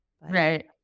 Right